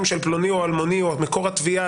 של פלוני או אלמוני או מקור התביעה,